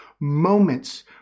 moments